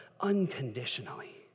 unconditionally